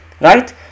right